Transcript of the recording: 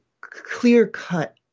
clear-cut